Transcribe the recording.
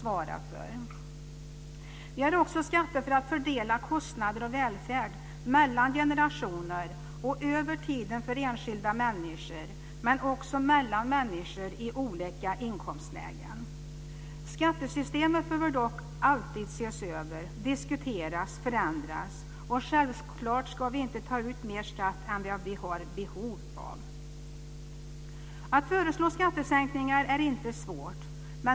Vi har också skatter för att fördela kostnader och välfärd mellan generationer och över tiden för enskilda människor, men också mellan människor i olika inkomstlägen. Skattesystemet behöver dock alltid ses över, diskuteras och förändras. Självklart ska vi inte ta ut mer skatt än vad vi har behov av. Att föreslå skattesänkningar är inte svårt.